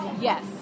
Yes